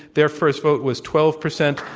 their first vote was twelve percent.